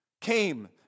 came